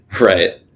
Right